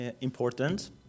important